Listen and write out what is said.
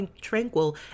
tranquil